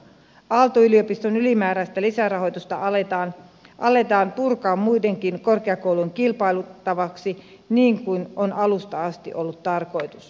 aalto yliopiston ylimääräistä lisärahoitusta aletaan purkaa muidenkin korkeakoulujen kilpailutettavaksi niin kuin on alusta asti ollut tarkoitus